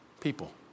people